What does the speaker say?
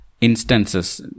instances